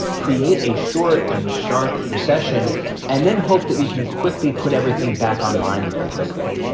create a short and sharp recession and then hope that we can quickly put everything back online really quickly.